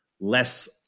less